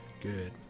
Good